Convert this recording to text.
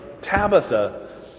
Tabitha